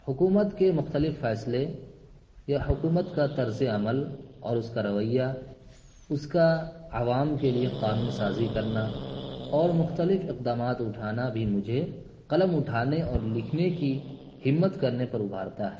حکومت کے مختلف فیصلے یا حکومت کا طرز عمل اور اس کا رویہ اس کا عوام کے لیے قانون سازی کرنا اور مختلف اقدامات اٹھانا بھی مجھے قلم اٹھانے اور لکھنے کی ہمت کرنے پر ابھارتا ہے